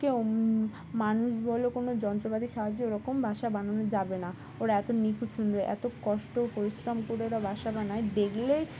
কেউ মানুষ বলে কোনো যন্ত্রপাতির সাহায্যে ওরকম বাসা বানানো যাবে না ওরা এত নিখুঁত সুন্দর এত কষ্ট পরিশ্রম করে ওরা বাসা বানাই দেখলেই